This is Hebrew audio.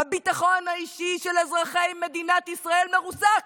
הביטחון האישי של אזרחי מדינת ישראל מרוסק,